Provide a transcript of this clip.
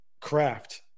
craft